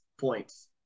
points